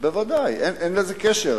בוודאי, אין לזה קשר.